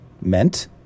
meant